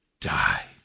die